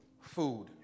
food